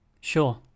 Sure